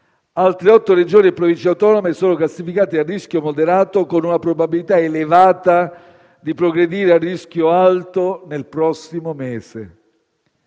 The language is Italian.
altre otto Regioni e Province autonome sono classificate a rischio moderato, con una probabilità elevata di progredire a rischio alto nel prossimo mese.